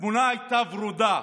התמונה הייתה ורודה.